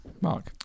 Mark